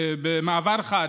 במעבר חד,